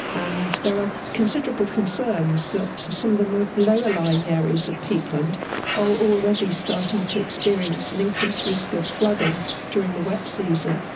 and there are considerable concerns that some of the lower lying areas of peatland are already starting to experience an increased risk of flooding during the wet season.